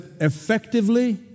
effectively